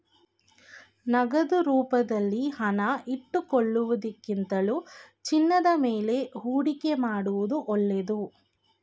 ನಗದು ರೂಪದಲ್ಲಿ ಹಣ ಇಟ್ಟುಕೊಳ್ಳುವುದಕ್ಕಿಂತಲೂ ಚಿನ್ನದ ಮೇಲೆ ಹೂಡಿಕೆ ಮಾಡುವುದು ಒಳ್ಳೆದು